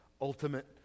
ultimate